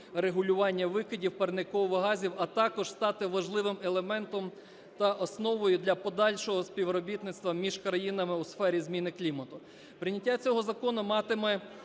регулювання викидів парникових газів, а також стати важливим елементом та основою для подальшого співробітництва між країнами у сфері зміни клімату.